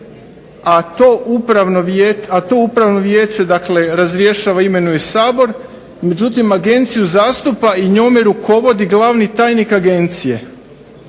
a to upravno vijeće dakle razrješava i imenuje Sabor, međutim, Agenciju zastupa i njome rukovodi glavni tajnik Agencije